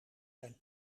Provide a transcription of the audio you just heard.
zijn